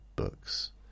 books